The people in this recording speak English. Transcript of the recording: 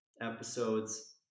episodes